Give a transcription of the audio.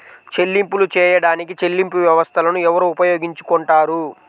చెల్లింపులు చేయడానికి చెల్లింపు వ్యవస్థలను ఎవరు ఉపయోగించుకొంటారు?